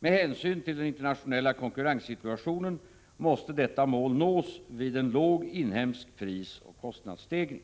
Med hänsyn till den internationella konkurrenssituationen måste detta mål nås vid en låg inhemsk prisoch kostnadsstegring.